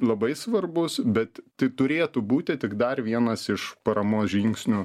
labai svarbus bet tai turėtų būti tik dar vienas iš paramos žingsnių